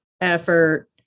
effort